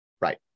Right